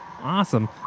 Awesome